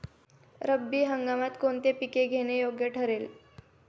रब्बी हंगामात कोणती पिके घेणे योग्य ठरेल?